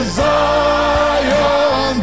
zion